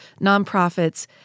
Nonprofits